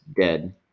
dead